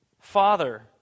Father